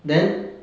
then